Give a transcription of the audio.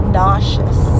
nauseous